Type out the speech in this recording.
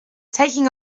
taking